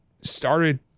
started